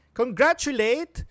congratulate